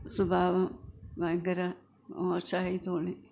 സ്വഭാവം ഭയങ്കര മോശമായി തോന്നി